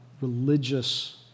religious